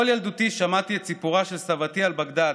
כל ילדותי שמעתי את סיפורה של סבתי על בגדאד,